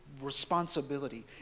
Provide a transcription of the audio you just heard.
responsibility